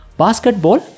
basketball